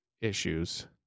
issues